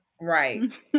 right